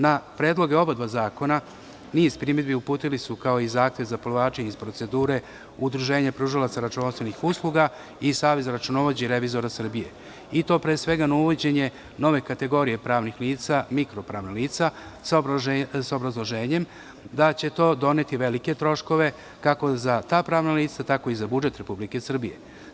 Na predloge oba zakona niz primedbi uputili su, kao i zahtev za povlačenje iz procedure, Udruženje pružalaca računovodstvenih usluga i Savez računovođa i revizora Srbije i to pre svega na uvođenje nove kategorije pravnih lica, mikro pravna lica, sa obrazloženjem da će to doneti velike troškove, kako za ta pravna lica, tako i za budžet Republike Srbije.